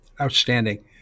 Outstanding